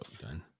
done